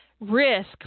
risk